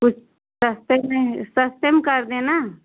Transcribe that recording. कुछ सस्तै में सस्ते में कर दें न